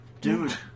Dude